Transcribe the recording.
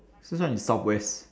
sichuan is southwest